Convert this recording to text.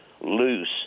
loose